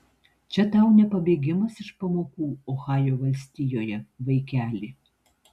čia tau ne pabėgimas iš pamokų ohajo valstijoje vaikeli